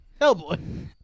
Hellboy